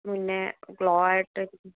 മുന്നേ ഗ്ളോ ആയിട്ട്